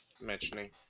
mentioning